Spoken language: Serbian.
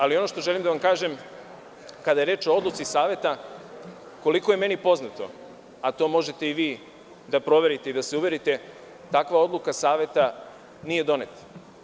Ali, ono što želim da vam kažem kada je reč o odluci Saveta, koliko je meni poznato, a to možete i vi da proverite i da se uverite, takva odluka Saveta nije doneta.